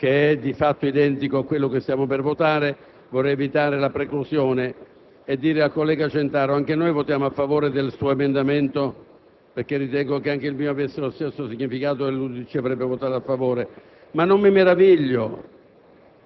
Presidente, immediatamente dopo vi è il mio emendamento 4.102, di fatto identico a quello che stiamo per votare. Vorrei evitarne la preclusione e annuncio al collega Centaro che anche noi voteremo a favore del suo emendamento